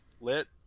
Lit